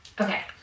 Okay